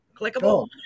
Clickable